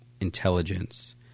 intelligence